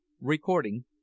Recording